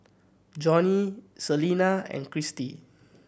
Johney Celina and Cristi